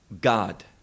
God